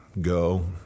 Go